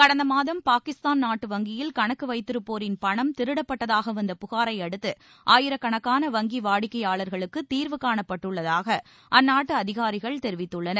கடந்த மாதம் பாகிஸ்தான் நாட்டு வங்கியில் கணக்கு வைத்திருப்போரின் பணம் திருடப்பட்டதாக வந்த புகாரை அடுத்து ஆயிரக்கணக்கான வங்கி வாடிக்கையாளர்களுக்கு தீர்வுகாணப்பட்டுள்ளதாக அந்நாட்டு அதிகாரிகள் தெரிவித்துள்ளனர்